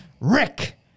Rick